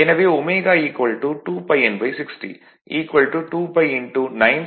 எனவே ω 2πn60 2 π 960 60 100